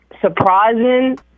surprising